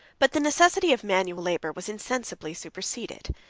but the necessity of manual labor was insensibly superseded.